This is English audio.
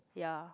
ya